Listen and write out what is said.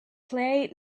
play